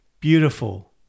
beautiful